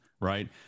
right